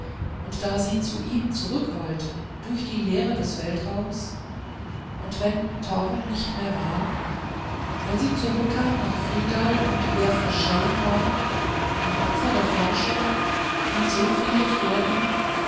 und da sie zu ihm zurückwollte durch die leere des weltraums und wenn torm nicht mehr war wenn sie zurückkam nach friedau und er verschollen war ein opfer der forschung wie so viele vor ihm